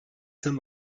saint